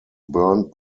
burned